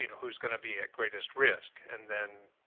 who's going to be at greatest risk and then